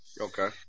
Okay